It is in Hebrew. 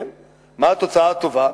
מה התוצאה הטובה?